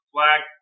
Flag